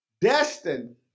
destined